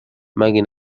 مگه